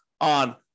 on